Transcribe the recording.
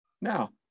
Now